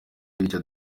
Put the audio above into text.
bityo